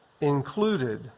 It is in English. included